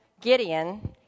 Gideon